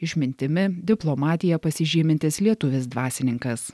išmintimi diplomatija pasižymintis lietuvis dvasininkas